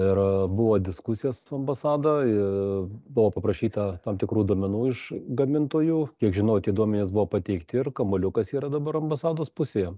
ir buvo diskusija su ambasada buvo paprašyta tam tikrų duomenų iš gamintojų kiek žinau tie duomenys buvo pateikti ir kamuoliukas yra dabar ambasados pusėje